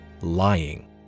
lying